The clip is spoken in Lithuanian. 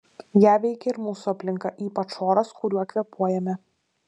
ją veikia ir mūsų aplinka ypač oras kuriuo kvėpuojame